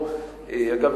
אגב,